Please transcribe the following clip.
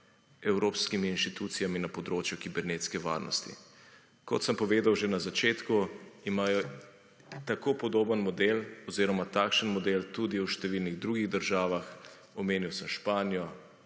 Evropskimi institucijami na področju kibernetske varnosti. Kot sem povedal že na začetku imajo tako podoben model oziroma takšen model tudi v številnih drugih državah omenil sem Španijo,